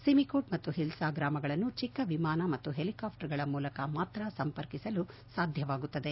ಸಿಮಿಕೋಟ್ ಮತ್ತು ಹಿಲ್ಪ ಗ್ರಾಮಗಳನ್ನು ಚಿಕ್ಕ ವಿಮಾನ ಮತ್ತು ಹೆಲಿಕಾಪ್ಸರ್ಗಳ ಮೂಲಕ ಮಾತ್ರ ಸಂಪರ್ಕಿಸಲು ಸಾಧ್ಯವಾಗುತ್ತದೆ